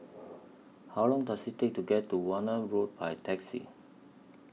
How Long Does IT Take to get to Warna Road By Taxi